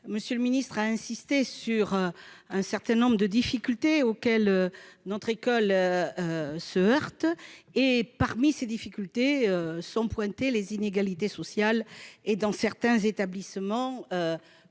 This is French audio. M. le ministre a insisté sur un certain nombre de difficultés auxquelles notre école se heurte. Parmi elles figurent les inégalités sociales et, dans certains établissements,